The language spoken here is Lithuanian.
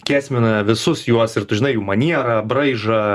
kęsminą visus juos ir tu žinai jų manierą braižą